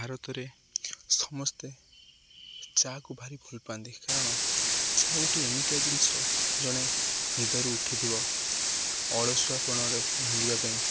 ଭାରତରେ ସମସ୍ତେ ଚା'କୁ ଭାରି ଭଲ ପାଆନ୍ତି କାରଣ ଚା ଗୋଟିଏ ଏମିତିଆ ଜିନିଷ ଜଣେ ନିଦରୁ ଉଠିଥିବ ଅଳସୁଆପଣରେ ଭାଙ୍ଗିବା ପାଇଁ